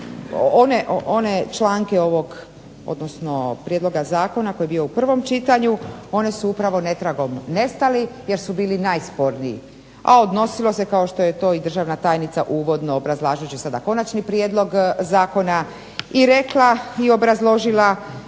one članke ovog prijedloga zakona koji je bio u prvom čitanju oni su netragom nestali jer su bili najsporniji, a odnosilo se kao što je to državna tajnica uvodno obrazlažući sada konačni prijedlog zakona i rekla i obrazložila